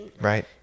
Right